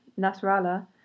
Nasrallah